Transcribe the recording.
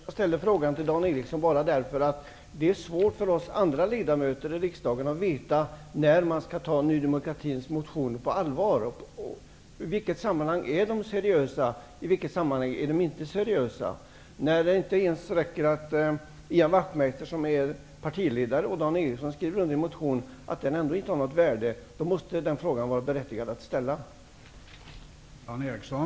Herr talman! Jag ställde frågan till Dan Eriksson i Stockholm bara därför att det är svårt för oss andra ledamöter i riksdagen att veta när man skall ta Ny demokratis motioner på allvar. I vilket sammanhang är nydemokraterna seriösa och i vilket sammanhang är de inte seriösa? När det inte ens räcker att Ian Wachtmeister, som är partiledare, och Dan Eriksson skriver under en motion -- den har ändå inget värde -- måste det vara berättigat att ställa den frågan.